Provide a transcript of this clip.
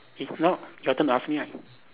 if not Jordan ask me ah